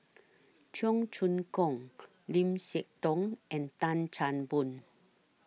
Cheong Choong Kong Lim Siah Tong and Tan Chan Boon